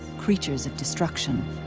creatures of destruction.